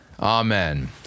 Amen